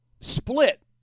split